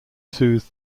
soothe